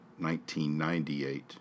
1998